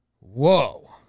Whoa